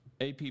AP